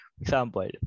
example